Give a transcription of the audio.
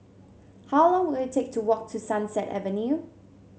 how long will it take to walk to Sunset Avenue